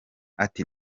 ati